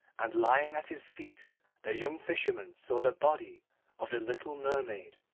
and lying at his feet the young fisherman saw the body of the little mermaid.